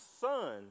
son